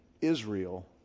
Israel